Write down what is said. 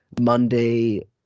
Monday